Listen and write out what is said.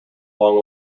long